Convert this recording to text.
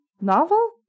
novel